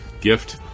gift